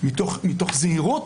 מתוך זהירות,